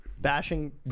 bashing